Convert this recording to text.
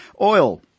Oil